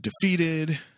defeated